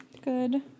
Good